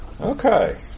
okay